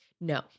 No